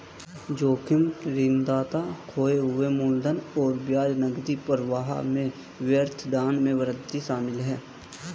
जोखिम ऋणदाता खोए हुए मूलधन और ब्याज नकदी प्रवाह में व्यवधान में वृद्धि शामिल है